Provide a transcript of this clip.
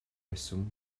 reswm